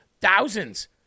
thousands